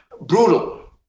brutal